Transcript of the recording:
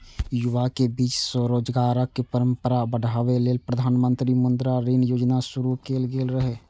युवाक बीच स्वरोजगारक परंपरा बढ़ाबै लेल प्रधानमंत्री मुद्रा ऋण योजना शुरू कैल गेल रहै